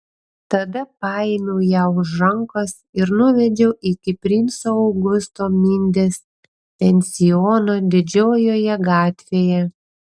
tada paėmiau ją už rankos ir nuvedžiau iki princo augusto mindės pensiono didžiojoje gatvėje